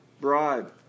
bribe